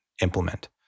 implement